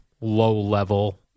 low-level